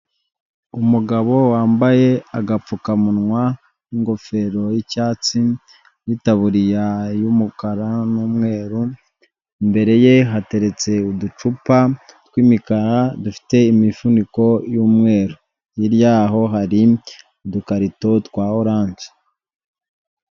Umugabo wambaye agapfukamunwa n'ingofero y'icyatsi n'itabuririya y'umukara n'umweru, imbere ye hateretse uducupa tw'imikara dufite imifuniko y'umweru, hirya yaho hari udukarito twa oranje.